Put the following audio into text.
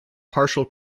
partial